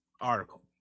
article